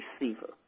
receiver